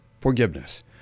forgiveness